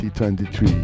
2023